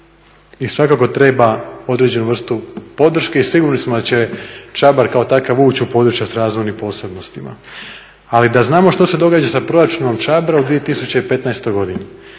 i svakako treba određenu vrstu podrške i sigurni smo da će Čabar kao takav ući u područja s razvojnim posebnostima. Ali da znamo što se događa sa proračunom Čabra u 2015. godini,